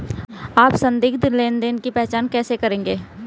आप संदिग्ध लेनदेन की पहचान कैसे करेंगे?